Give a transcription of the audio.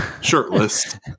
shirtless